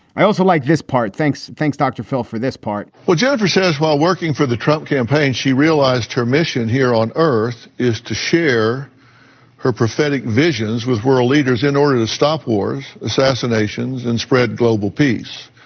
i also like this part. thanks. thanks, dr. phil, for this part well, jennifer says while working for the trump campaign, she realized her mission here on earth is to share her prophetic visions with world leaders in order to stop wars, assassinations and spread global peace.